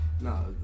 no